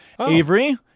Avery